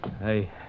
Hey